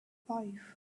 five